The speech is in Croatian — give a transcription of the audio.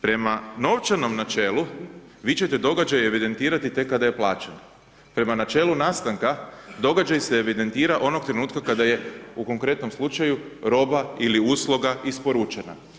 Prema novčanom načelu, vi ćete događaje evidentirati, tek kada je plaćeno, prema načelu nastanka, događaj se evidentira onog trenutka, kada je u konkretnom slučaju, roba ili usluga isporučena.